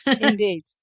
Indeed